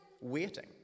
waiting